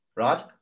Right